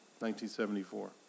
1974